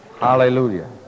Hallelujah